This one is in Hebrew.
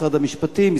משרד המשפטים,